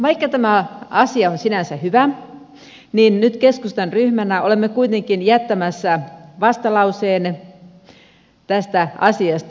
vaikka tämä asia on sinänsä hyvä niin nyt keskustan ryhmänä olemme kuitenkin jättämässä vastalauseen tästä asiasta